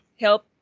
help